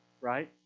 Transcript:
right